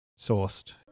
sourced